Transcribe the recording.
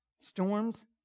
Storms